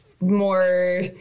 more